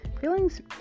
feelings